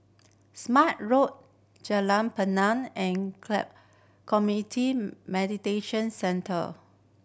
Smart Road Jalan Punai and Community Mediation Centre